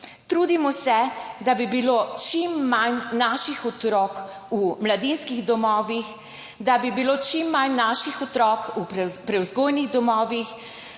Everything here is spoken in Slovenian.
Trudimo se, da bi bilo čim manj naših otrok v mladinskih domovih, da bi bilo čim manj naših otrok v prevzgojnih domovih,